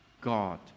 God